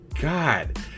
God